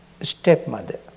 stepmother